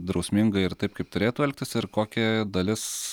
drausmingai ir taip kaip turėtų elgtis ir kokia dalis